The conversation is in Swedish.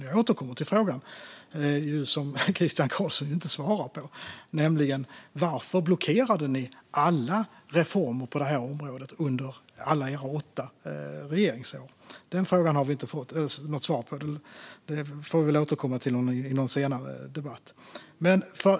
Jag återkommer till frågan som Christian Carlsson inte svarar på, nämligen varför ni blockerade alla reformer på det här området under alla era åtta regeringsår. Den frågan har vi inte fått något svar på. Vi får väl återkomma till den under en senare debatt.